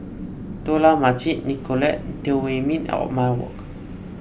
Dollah Majid Nicolette Teo Wei Min and Othman Wok